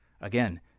Again